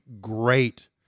great